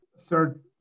third